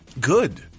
Good